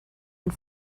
and